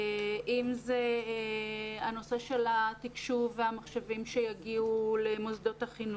אם זה הנושא של התקשוב והמחשבים שיגיעו למוסדות החינוך.